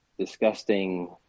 disgusting